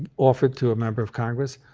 offered to a member of congress.